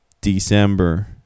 December